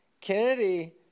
Kennedy